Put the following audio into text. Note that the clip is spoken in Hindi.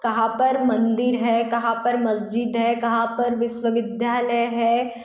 कहाँ पर मंदिर है कहाँ पर मस्जिद है कहाँ पर विश्वविद्यालय है